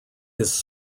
his